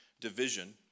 division